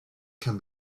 can